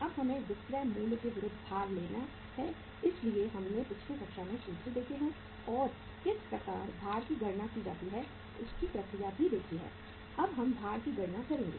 अब हमें विक्रय मूल्य के विरुद्ध भार लेना है इसलिए हमने पिछले कक्षा में सूत्र देखे हैं और किस प्रकार भार की गणना की जाती है उसकी प्रक्रिया भी दिखी है अब हम भार की गणना करेंगे